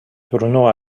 tornò